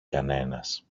κανένας